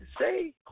say